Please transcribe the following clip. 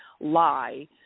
lie